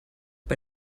bei